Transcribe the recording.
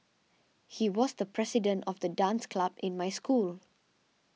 he was the president of the dance club in my school